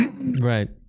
right